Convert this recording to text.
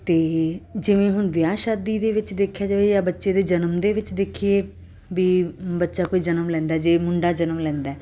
ਅਤੇ ਜਿਵੇਂ ਹੁਣ ਵਿਆਹ ਸ਼ਾਦੀ ਦੇ ਵਿੱਚ ਦੇਖਿਆ ਜਾਵੇ ਜਾਂ ਬੱਚੇ ਦੇ ਜਨਮ ਦੇ ਵਿੱਚ ਦੇਖੀਏ ਵੀ ਬੱਚਾ ਕੋਈ ਜਨਮ ਲੈਂਦਾ ਜੇ ਮੁੰਡਾ ਜਨਮ ਲੈਂਦਾ